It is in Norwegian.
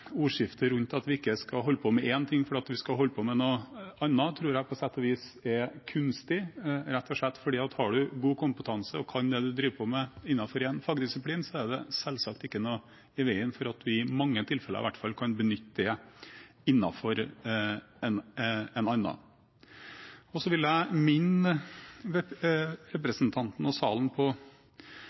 noe annet, tror jeg på sett og vis er kunstig, rett og slett fordi at har man god kompetanse og kan det man driver på med innenfor én fagdisiplin, er det selvsagt ikke noe i veien for at man i hvert fall i mange tilfeller kan benytte det innenfor en annen. Så vil jeg minne representanten og salen på